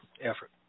effort